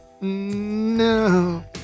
No